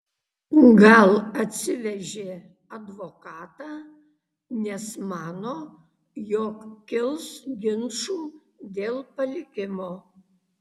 gal atsivežė advokatą nes mano jog kils ginčų dėl palikimo